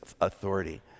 authority